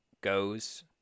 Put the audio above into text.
goes